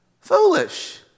Foolish